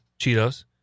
Cheetos